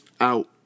out